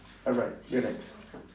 alright you're next